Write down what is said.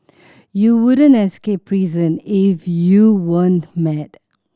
you wouldn't escape prison if you weren't mad